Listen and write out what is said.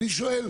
אני שואל,